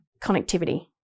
connectivity